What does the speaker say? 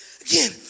again